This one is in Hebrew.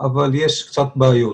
אבל יש קצת בעיות